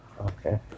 okay